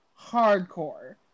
hardcore